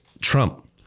Trump